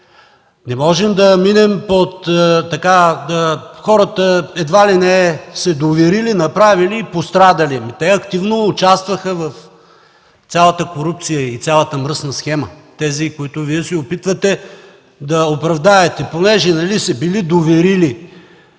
Не може да минем под това, че хората едва ли не са се доверили, направили и пострадали. Те активно участваха в цялата корупция и цялата мръсна схема – тези, които Вие се опитвате да оправдаете, понеже нали се били доверили.